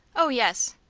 oh, yes.